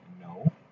No